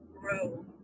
grow